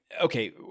Okay